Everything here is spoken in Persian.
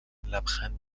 لبخند